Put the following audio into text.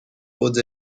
puts